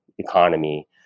economy